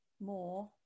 more